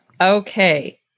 Okay